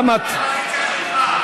בית.